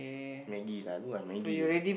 maggi lah I good at maggi